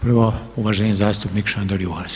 Prvo uvaženi zastupnik Šandor Juhas.